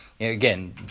again